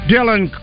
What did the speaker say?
Dylan